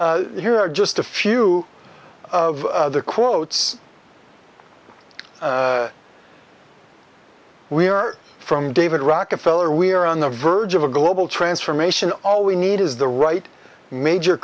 here just a few of the quotes we are from david rockefeller we are on the verge of a global transformation all we need is the right major